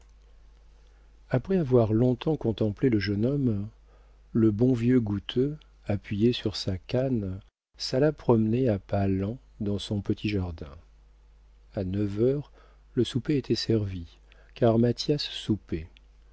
après avoir long-temps contemplé le jeune homme le bon vieux goutteux appuyé sur sa canne s'alla promener à pas lents dans son petit jardin a neuf heures le souper était servi car mathias soupait